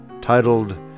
titled